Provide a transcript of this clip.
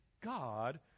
God